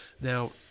Now